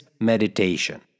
meditation